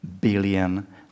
billion